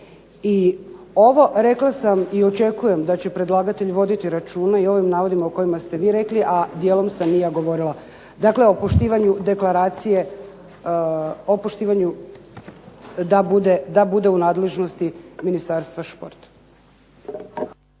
I ovo, rekla sam i očekujem da će predlagatelj voditi računa i o ovim navodima o kojima ste vi rekli, a dijelom sam i ja govorila. Dakle, o poštivanju deklaracije, o poštivanju da bude u nadležnosti Ministarstva športa.